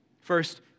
First